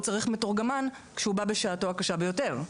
הוא צריך מתורגמן כשהוא בא בשעתו הקשה ביותר.